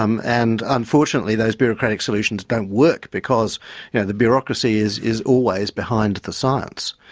um and unfortunately, those bureaucratic solutions don't work because yeah the bureaucracy is is always behind the science.